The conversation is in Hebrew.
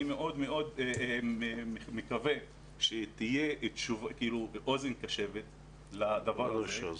אני מקווה מאוד שתהיה אוזן קשבת לדבר הזה,